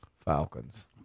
Falcons